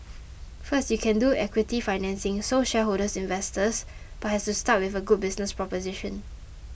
first you can do equity financing so shareholders investors but has to start with a good business proposition